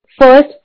first